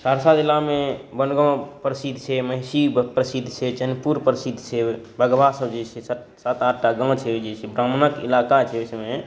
सहरसा जिलामे बनगाँव प्रसिद्ध छै महिषी प्रसिद्ध छै चैनपुर प्रसिद्ध छै बघबा सब जे छै स सात आठटा गाँव जे छै ब्राहमणक इलाका छै